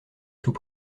tout